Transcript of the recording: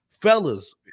fellas